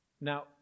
Now